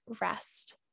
rest